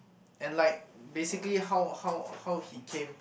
and like basically how how how he came